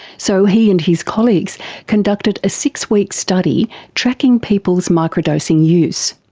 so he and his colleagues conducted a six week study tracking people's microdosing use.